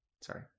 sorry